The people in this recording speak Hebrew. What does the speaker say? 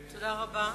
תודה רבה.